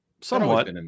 Somewhat